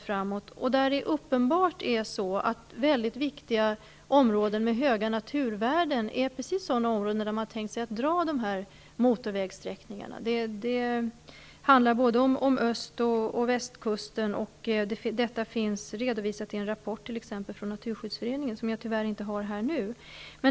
Det är uppenbart att man har tänkt sig att dra motorvägar just i viktiga områden med höga naturvärden. Det handlar både om öst och västkusten. Detta finns redovisat t.ex. i en rapport från Naturskyddsföreningen, som jag tyvärr inte har här nu.